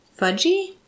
fudgy